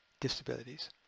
disabilities